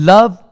Love